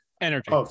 Energy